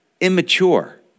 immature